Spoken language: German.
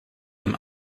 dem